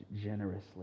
generously